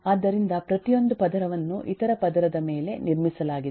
ಆದ್ದರಿಂದ ಪ್ರತಿಯೊಂದು ಪದರವನ್ನು ಇತರ ಪದರದ ಮೇಲೆ ನಿರ್ಮಿಸಲಾಗಿದೆ